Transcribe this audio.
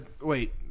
Wait